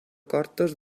cortes